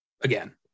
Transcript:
again